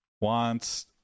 wants